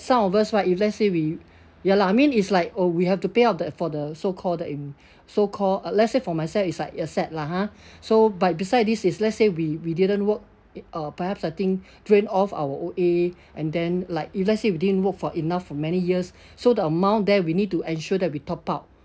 some of us what if let's say we ya lah I mean it's like uh we have to pay off the for the so-called the so-called uh let's say for myself it's like asset lah ha so but besides this is let's say we we didn't work uh perhaps I think drain off our O_A and then like if let's say you didn't work for enough for many years so the amount there we need to ensure that we top up